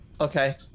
Okay